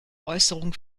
äußerungen